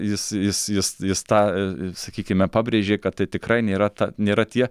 jis jis jis jis tą sakykime pabrėžė kad tai tikrai nėra ta nėra tie